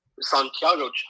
Santiago